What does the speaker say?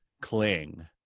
cling